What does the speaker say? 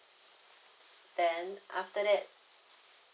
then after that